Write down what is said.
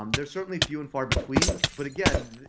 um they are certainly few and far between, but again,